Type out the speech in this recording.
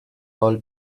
all